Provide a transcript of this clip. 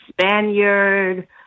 Spaniard